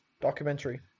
documentary